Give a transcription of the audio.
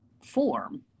form